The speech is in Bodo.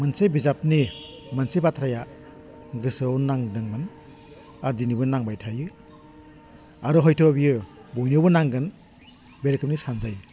मोनसे बिजाबनि मोनसे बाथ्राया गोसोआव नांदोंमोन आरो दिनैबो नांबाय थायो आरो हयथ' बियो बयनियावबो नांगोन बे रोखोमनि सानजायो